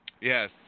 Yes